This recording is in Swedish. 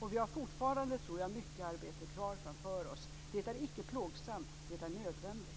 Vi har fortfarande, tror jag, mycket arbete kvar framför oss. Det är icke plågsamt - det är nödvändigt.